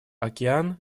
океан